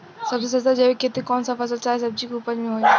सबसे सस्ता जैविक खेती कौन सा फसल चाहे सब्जी के उपज मे होई?